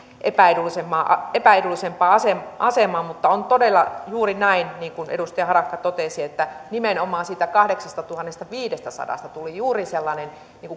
epäedullisempaan epäedullisempaan asemaan mutta on todella juuri näin niin kuin edustaja harakka totesi että nimenomaan siitä kahdeksastatuhannestaviidestäsadasta tuli juuri sellainen